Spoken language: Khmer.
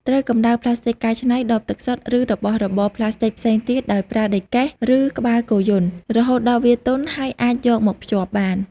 ត្រូវកំដៅផ្លាស្ទិកកែច្នៃ ដបទឹកសុទ្ធ ឬរបស់របរផ្លាស្ទិកផ្សេងទៀត ដោយប្រើដែកកេះ ឬក្បាលគោយន្ត រហូតដល់វាទន់ ហើយអាចយកមកភ្ជាប់បាន។